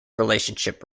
relationship